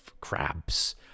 crabs